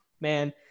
man